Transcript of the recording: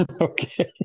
Okay